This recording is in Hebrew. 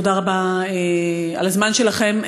תודה רבה על הזמן שלכם,